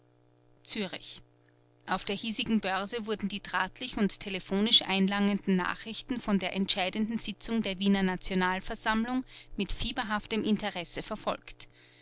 zürich auf der hiesigen börse wurden die drahtlich und telephonisch einlangenden nachrichten von der entscheidenden sitzung der wiener nationalversammlung mit fieberhaftem interesse verfolgt